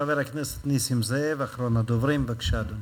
חבר הכנסת נסים זאב, אחרון הדוברים, בבקשה, אדוני.